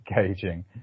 engaging